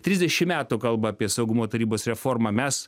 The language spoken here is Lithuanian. trisdešim metų kalba apie saugumo tarybos reformą mes